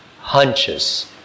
hunches